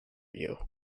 you